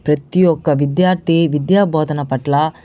ప్రతి ఒక్క విద్యార్థి విద్య బోధన పట్ల